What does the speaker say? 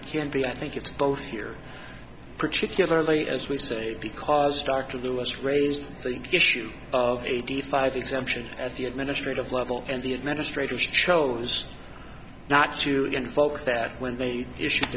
it can be i think it's both here particularly as we say because dr lewis ray the issue of eighty five exemptions at the administrative level and the administrative chose not to invoke that when they issue